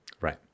Right